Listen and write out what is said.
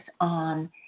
on